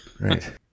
right